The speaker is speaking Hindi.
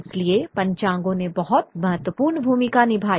इसलिए पंचांगों ने बहुत महत्वपूर्ण भूमिका निभाई